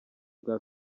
bwa